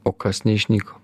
o kas neišnyko